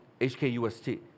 HKUST